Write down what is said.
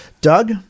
doug